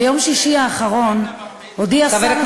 ביום שישי האחרון הודיע שר החוץ הצרפתי,